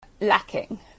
lacking